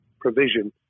provision